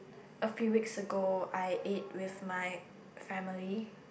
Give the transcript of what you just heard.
a few weeks ago I ate with my family